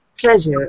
Pleasure